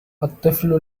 الطفل